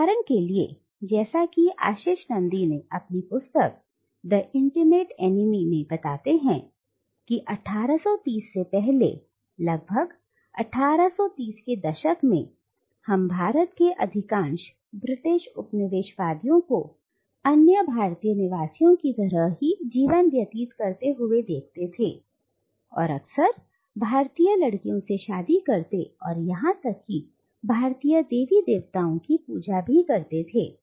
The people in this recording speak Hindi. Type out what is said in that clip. उदाहरण के लिए जैसा कि आशीष नंदी अपनी पुस्तक द इंटिमेट एनीमी में बताते हैं 1830 से पहले लगभग 1830 के दशक में हम भारत के अधिकांश ब्रिटिश उपनिवेशवादियों को अन्य भारतीय निवासियों की तरह ही जीवन व्यतीत करते हुए देखते थे और अक्सर भारतीय लड़कियों से शादी करते और यहां तक की भारतीय देवी देवताओं की पूजा भी करते थे